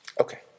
Okay